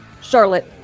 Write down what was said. Charlotte